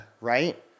Right